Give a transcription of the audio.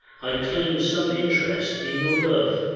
i claim some interest in your love.